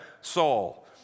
Saul